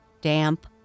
damp